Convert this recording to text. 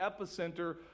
epicenter